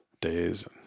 days